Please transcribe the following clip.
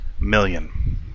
million